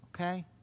Okay